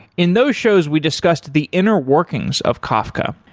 in those shows we discussed the inner workings of kafka.